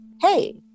hey